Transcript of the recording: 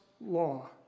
law